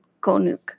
Konuk